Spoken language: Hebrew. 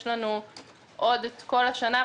יש לנו עוד את כל השנה,